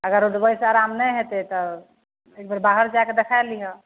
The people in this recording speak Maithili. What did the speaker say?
अगर ओ दवाइसे आराम नहि हेतै तऽ एकबेर बाहर जाके देखै लिहऽ